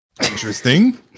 Interesting